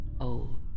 old